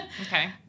Okay